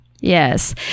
Yes